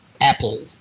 Apple